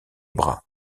bras